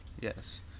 Yes